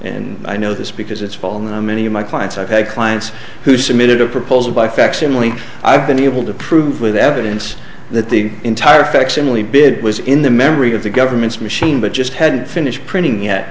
and i know this because it's well known many of my clients i've had clients who submitted a proposal by facsimile i've been able to prove with evidence that the entire facsimile bid was in the memory of the government's machine but just hadn't finished printing yet